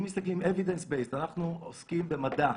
אם מסתכלים evidence base אנחנו עוסקים במדע.